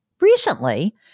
Recently